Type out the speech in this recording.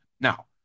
Now